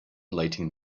lighting